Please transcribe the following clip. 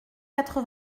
quatre